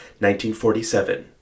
1947